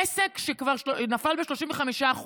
עסק שכבר נפל ב-35%,